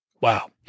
Wow